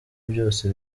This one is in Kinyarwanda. byose